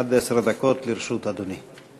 עד עשר דקות לרשות אדוני.